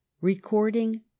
Recording